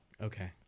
Okay